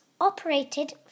operated